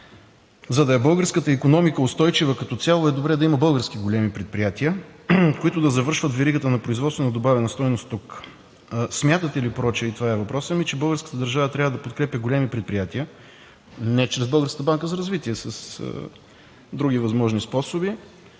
За да е българската икономика устойчива като цяло, е добре да има български големи предприятия, които да завършват веригата на производство на добавена стойност тук. Смятате ли, прочее, и това е въпросът ми, че българската държава трябва да подкрепя големи предприятия – не чрез Българска банка за развитие, с други възможни способи,